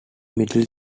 middle